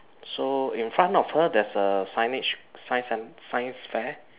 so in front of her there's a signage science cen~ science fair